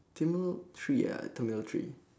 terminal three ah terminal three